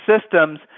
systems